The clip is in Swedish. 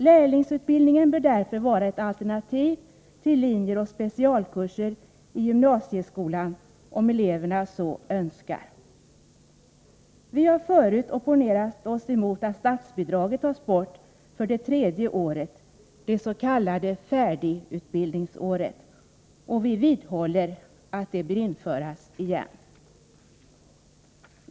Lärlingsutbildningen bör därför vara ett alternativ till linjer och specialkurser i gymnasieskolan om eleverna så önskar. Vi har förut opponerat oss emot att statsbidraget tas bort för det tredje året, det s.k. färdigutbildningsåret, och vi vidhåller att det bör införas igen.